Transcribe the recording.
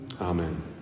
Amen